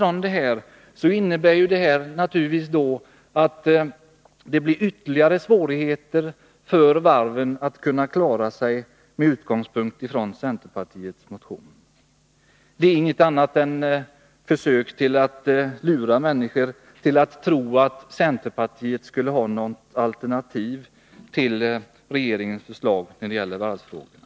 Det innebär då naturligtvis att det blir ännu svårare för varvet att klara sig, om riksdagen skulle bifalla centerns motion. Motionen är inget annat än ett försök att lura människor till att tro att centerpartiet skulle ha något alternativ till regeringens förslag när det gäller varvsfrågorna.